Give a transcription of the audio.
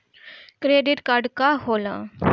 Credit card का होला?